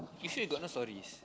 you say you got no stories